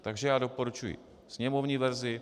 Takže já doporučuji sněmovní verzi.